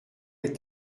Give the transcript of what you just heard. est